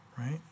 Right